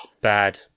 Bad